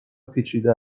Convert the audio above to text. پیچیده